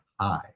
high